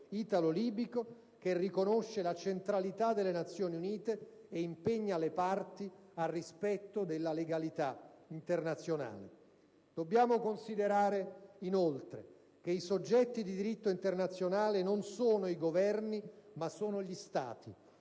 che riconosce la centralità delle Nazioni Unite e impegna le parti al rispetto della legalità internazionale. Dobbiamo considerare, inoltre, che i soggetti di diritto internazionale non sono i Governi ma sono gli Stati,